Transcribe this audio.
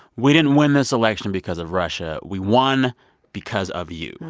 we didn't win this election because of russia. we won because of you.